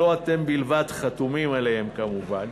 שלא אתם בלבד חתומים עליהן כמובן,